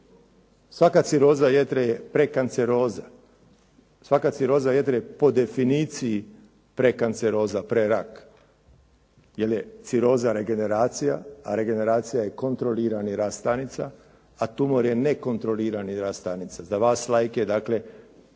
Svaka ciroza jetre je prekanceroza. Svaka ciroza jetre po definiciji prekanceroza, prerak. Jer je ciroza regeneracija, a regeneracija je kontrolirani rast stanica, a tumor je nekontrolirani rast stanica. Za vas laike pet